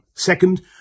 Second